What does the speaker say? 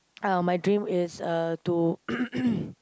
uh my dream is uh to